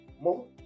more